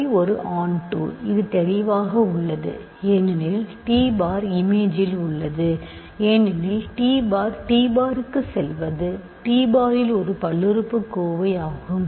Phi ஒருஆண்ட்டு இது தெளிவாக உள்ளது ஏனெனில் t பார் இமேஜில் உள்ளது ஏனெனில் t பார் t பாருக்கு செல்வது டி பாரில் ஒரு பல்லுறுப்புக்கோவைஆகும்